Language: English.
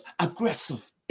Aggressive